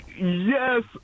Yes